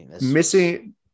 Missing